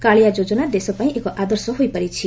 କାଳିଆ ଯୋଜନା ଦେଶପାଇଁ ଏକ ଆଦର୍ଶ ହୋଇପାରିଛି